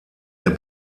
der